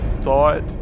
thought